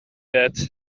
that